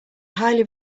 highly